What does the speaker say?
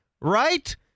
right